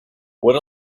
what